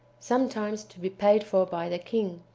sometimes to be paid for by the king,